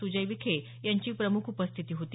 सुजय विखे यांची प्रमुख उपस्थिती होती